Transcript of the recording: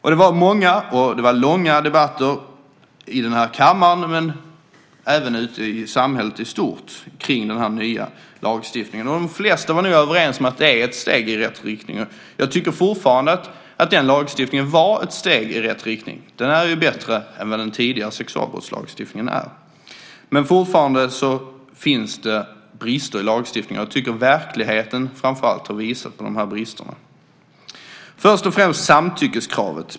Det var många och långa debatter i den här kammaren men även ute i samhället i stort kring den här nya lagstiftningen. De flesta var nog överens om att det är ett steg i rätt riktning. Jag tycker fortfarande att den lagstiftningen var ett steg i rätt riktning. Den här är bättre än vad den tidigare sexualbrottslagstiftningen är. Men fortfarande finns det brister i lagstiftningen, och jag tycker framför allt att verkligheten har visat på de här bristerna. Först och främst gäller det samtyckeskravet.